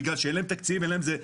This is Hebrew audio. בגלל שאין להם תקציב, אין להם זה.